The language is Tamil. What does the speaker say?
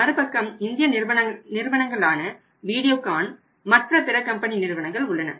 மறுபக்கம் இந்திய நிறுவனங்களான வீடியோகான் மற்ற பிற கம்பெனி நிறுவனங்கள் உள்ளன